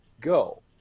go